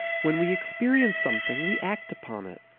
when we experience something we act upon it,